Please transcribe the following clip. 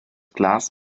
glas